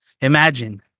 Imagine